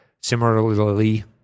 Similarly